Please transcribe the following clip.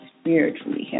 spiritually